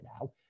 now